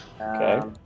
Okay